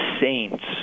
saints